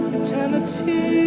eternity